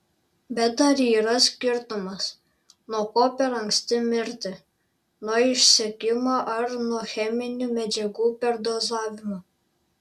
bet ar yra skirtumas nuo ko per anksti mirti nuo išsekimo ar nuo cheminių medžiagų perdozavimo